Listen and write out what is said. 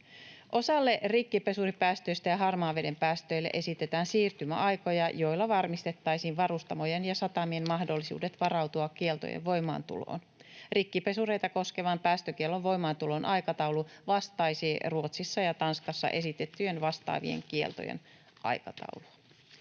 Osalle rikkipesuripäästöistä ja harmaan veden päästöille esitetään siirtymäaikoja, joilla varmistettaisiin varustamojen ja satamien mahdollisuudet varautua kieltojen voimaantuloon. Rikkipesureita koskevan päästökiellon voimaantulon aikataulu vastaisi Ruotsissa ja Tanskassa esitettyjen vastaavien kieltojen aikataulua.